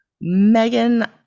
Megan